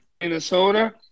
Minnesota